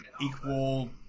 equal